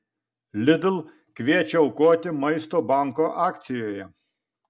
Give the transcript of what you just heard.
lidl kviečia aukoti maisto banko akcijoje